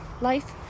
life